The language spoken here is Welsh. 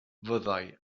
fyddai